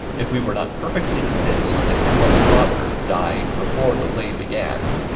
if we were not perfectly convinced that hamlet's father died before the play began,